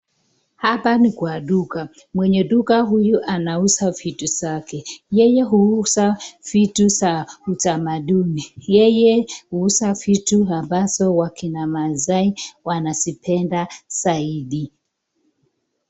Hapa ni kwa duka, mwenye duka huyu anauza vitu zake, yeye huuza vitu za utamaduni, yeye huuza vitu ambazo za kina maasai wanzipenda zaidi.